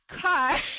car